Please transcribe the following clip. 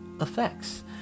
effects